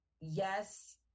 Yes